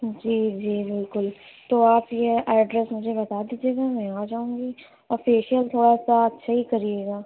جی جی بالکل تو آپ یہ ایڈریس مجھے بتا دیجیے گا میں آ جاؤں گی اور فیشیل تھوڑا سا اچھے ہی کریے گا